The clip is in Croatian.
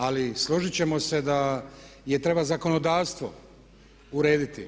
Ali složiti ćemo se da, jer treba zakonodavstvo urediti.